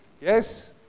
Yes